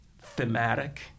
thematic